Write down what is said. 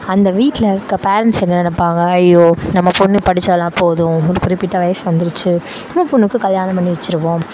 அந்த வீட்டில் இருக்க பேரன்ஸ் என்ன நினப்பாங்க ஐயோ நம்ப பொண்ணு படிச்சதுலாம் போதும் ஒரு குறிப்பிட்ட வயசு வந்துருச்சு நம்ம பொண்ணுக்கு கல்யாணம் பண்ணி வச்சுருவோம்